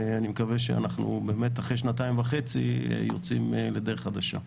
ואני מקווה שאחרי שנתיים וחצי אנחנו יוצאים לדרך חדשה.